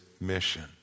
mission